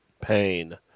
pain